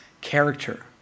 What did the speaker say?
character